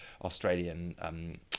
Australian